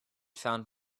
found